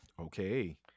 Okay